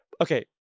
Okay